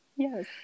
Yes